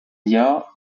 jahr